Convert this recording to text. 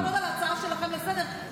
כל הכבוד לכם על ההצעה שלכם לסדר-היום,